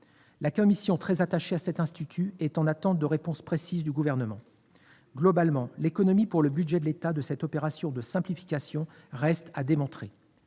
La commission, très attachée à cet institut, est en attente de réponses précises du Gouvernement. Globalement, l'économie pour le budget de l'État de cette opération de simplification reste à démontrer.